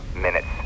Minutes